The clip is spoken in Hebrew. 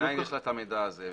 מנין לה את המידע הזה?